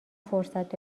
فرصت